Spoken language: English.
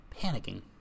panicking